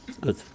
Good